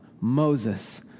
Moses